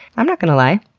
i'm not going to lie,